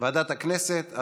ועדת הכנסת.